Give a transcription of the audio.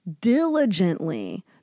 diligently